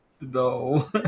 no